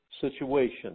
situation